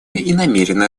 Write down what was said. намерена